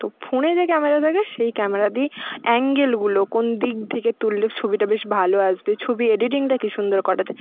তো ফোনে যে ক্যামেরা থাকে সেই ক্যামেরা দিয়ে অ্যাঙ্গেলগুলো কোন দিক থেকে তুললে ছবিটা বেশ ভালো আসবে ছবি এডিটিংটা কি সুন্দর করা যায়